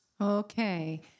Okay